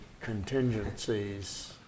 contingencies